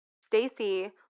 Stacy